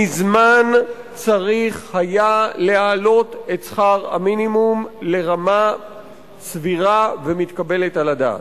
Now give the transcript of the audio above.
מזמן צריך היה להעלות את שכר המינימום לרמה סבירה ומתקבלת על הדעת.